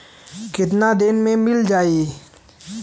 कितना दिन में मील जाई?